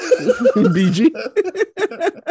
BG